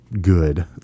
good